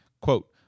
quote